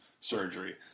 surgery